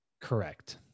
Correct